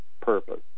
purpose